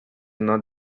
not